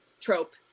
trope